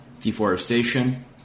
Deforestation